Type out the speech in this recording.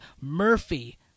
Murphy